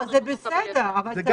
זה בסדר אבל צריך להגיד את זה.